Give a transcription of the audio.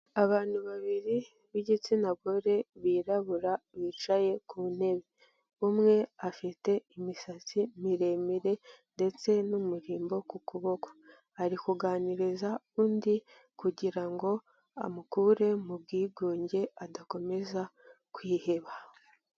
Abantu babiri b'igitsina gore birabura bicaye ku ntebe, umwe afite imisatsi miremire ndetse n'umurimbo ku kuboko, ari kuganiriza undi kugira ngo amukure mu bwigunge adakomeza kwiheba.